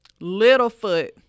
Littlefoot